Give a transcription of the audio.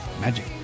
Magic